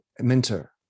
Minter